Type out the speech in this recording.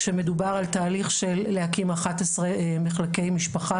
כשמדובר על תהליך של להקים אחד עשר מחלקי משפחה,